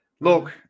Look